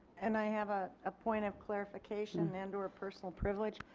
and i have a ah point of clarification and or personal privilege.